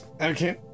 Okay